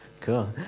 Cool